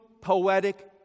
poetic